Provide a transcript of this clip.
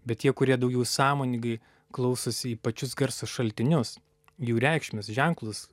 bet tie kurie daugiau sąmonigai klausosi į pačius garso šaltinius jų reikšmes ženklus